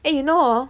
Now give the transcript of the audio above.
and you know hor